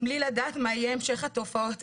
בלי לדעת מה יהיו המשך התופעות,